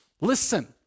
listen